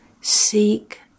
Seek